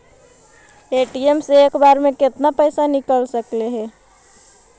ATM से एक बार मे केतना पैसा निकल सकले हे?